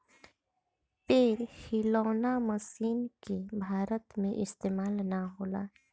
पेड़ हिलौना मशीन के भारत में इस्तेमाल ना होला